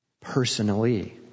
personally